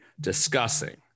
discussing